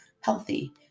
healthy